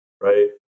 right